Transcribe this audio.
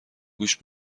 گوش